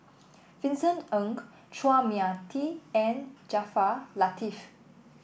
Vincent Ng Chua Mia Tee and Jaafar Latiff